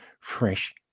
fresh